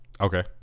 Okay